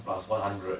plus one hundred